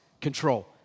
Control